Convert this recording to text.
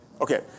Okay